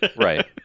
Right